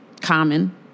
Common